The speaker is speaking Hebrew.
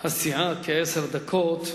הסיעה כעשר דקות.